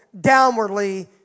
downwardly